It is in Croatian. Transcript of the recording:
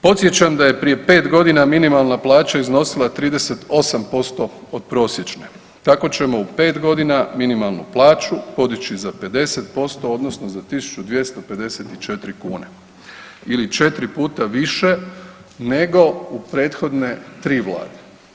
Podsjećam da je prije 5 godina minimalna plaća iznosila 38% od prosječne, tako ćemo u 5 godina minimalnu plaću podići za 50% odnosno za 1.254 kune ili 4 puta više nego u prethodne 3 vlade.